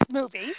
movie